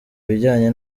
bijyanye